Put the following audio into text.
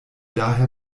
daher